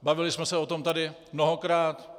Bavili jsme se o tom tady mnohokrát.